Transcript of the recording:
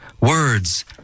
words